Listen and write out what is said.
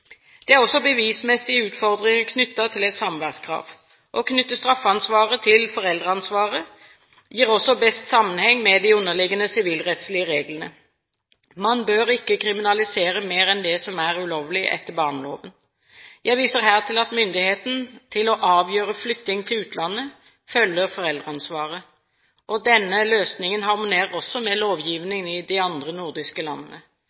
Det er også bevismessige utfordringer knyttet til et samværskrav. Å knytte straffansvaret til foreldreansvaret gir også best sammenheng med de underliggende sivilrettslige reglene. Man bør ikke kriminalisere mer enn det som er ulovlig etter barneloven. Jeg viser her til at myndigheten til å avgjøre flytting til utlandet følger foreldreansvaret. Denne løsningen harmonerer også med lovgivningen i de andre nordiske landene.